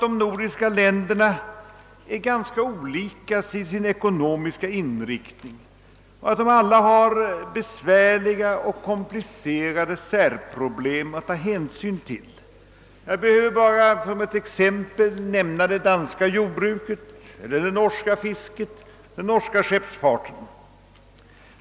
De nordiska länderna är dessutom ganska olika till sin ekonomiska inriktning. Alla har besvärliga och komplicerade särproblem att ta hänsyn till. Jag behöver bara som exempel nämna det danska jordbruket, det norska fisket och den norska skeppsfarten.